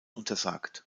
untersagt